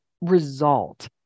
result